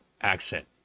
accent